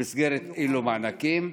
במסגרת אילו מענקים?